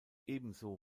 ebenso